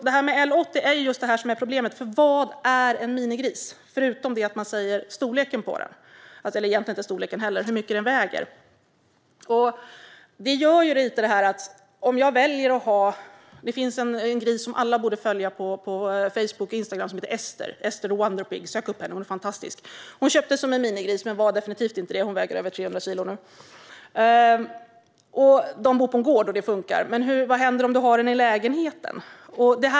Det är just det här med L 80 som är problemet. Vad är egentligen en minigris, utöver att det sägs hur mycket den ska väga? Det finns en gris som alla borde följa på Facebook och Instagram. Hon heter Esther the Wonder Pig. Sök upp henne! Hon är fantastisk. Hon köptes som en minigris men var definitivt inte det. Nu väger hon över 300 kilo. Ägarna bor på en gård, och det funkar. Men vad händer om du har den i lägenheten?